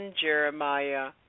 Jeremiah